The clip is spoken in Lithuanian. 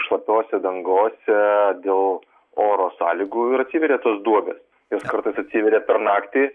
šlapiose dangose dėl oro sąlygų ir atsiveria tos duobės jos kartais atsiveria per naktį